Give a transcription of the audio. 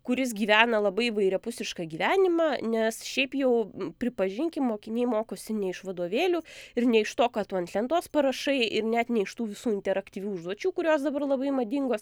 kuris gyvena labai įvairiapusišką gyvenimą nes šiaip jau pripažinkim mokiniai mokosi ne iš vadovėlių ir ne iš to ką tu ant lentos parašai ir net ne iš tų visų interaktyvių užduočių kurios dabar labai madingos